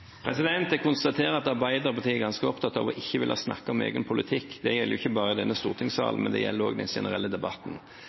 Jeg konstaterer at Arbeiderpartiet er ganske opptatt av ikke å ville snakke om egen politikk. Det gjelder ikke bare i